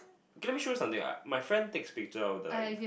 okay let me show you something ah my friend takes picture of the like